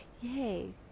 yay